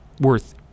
worth